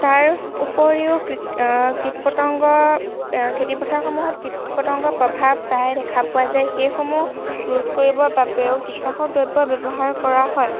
তাৰ উপৰিও কীট কীট পতংগ খেতি পথাৰসমূহত কীট পতংগৰ প্ৰভাৱ প্ৰায়ে দেখা পোৱা যায় সেয়ে সেইসমূহ ৰোধ কৰিবৰ বাবেও কীটনাশক দ্ৰৱ ব্যৱহাৰ কৰা হয়